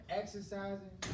exercising